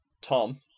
Tom